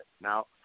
now